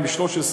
מ-2013.